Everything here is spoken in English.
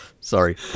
Sorry